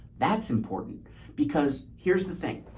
that's important because here's the thing.